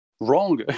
wrong